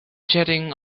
jetting